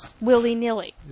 willy-nilly